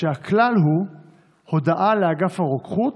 כשהכלל הוא הודעה לאגף הרוקחות,